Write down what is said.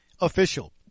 official